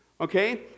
Okay